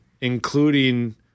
Including